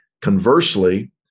conversely